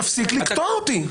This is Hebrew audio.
תפסיק לקטוע אותי.